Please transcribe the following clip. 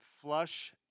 flush